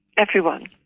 everyone.